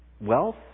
wealth